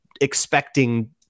expecting